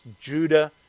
Judah